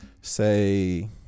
say